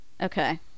Okay